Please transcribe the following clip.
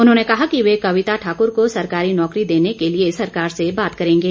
उन्होंने कहा कि वे कविता ठाकुर को सरकारी नौकरी देने के लिए सरकार से बात करेंगे